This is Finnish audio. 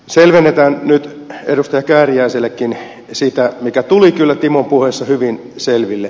selvennetään nyt edustaja kääriäisellekin sitä mikä tuli kyllä timon puheessa hyvin selville